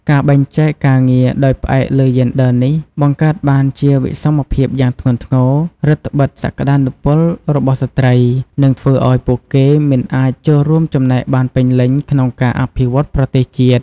ការបែងចែកការងារដោយផ្អែកលើយេនឌ័រនេះ បង្កើតបានជាវិសមភាពយ៉ាងធ្ងន់ធ្ងរ រឹតត្បិតសក្តានុពលរបស់ស្ត្រី និងធ្វើឲ្យពួកគេមិនអាចចូលរួមចំណែកបានពេញលេញក្នុងការអភិវឌ្ឍន៍ប្រទេសជាតិ។